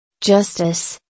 Justice